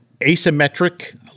asymmetric